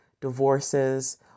divorces